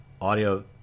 audio